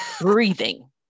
breathing